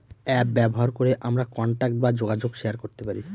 app ব্যবহার করে আমরা কন্টাক্ট বা যোগাযোগ শেয়ার করতে পারি